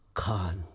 Khan